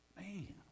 Man